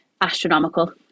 astronomical